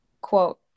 Quote